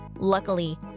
Luckily